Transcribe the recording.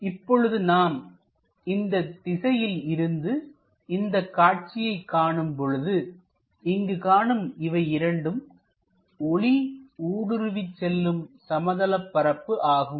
இப்பொழுது நாம் இந்த திசையில் இருந்து இந்த காட்சியை காணும்பொழுது இங்கு காணும் இவை இரண்டும் ஒளி ஊடுருவி செல்லும் சமதள பரப்பு ஆகும்